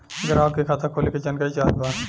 ग्राहक के खाता खोले के जानकारी चाहत बा?